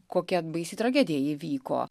kokia baisi tragedija įvyko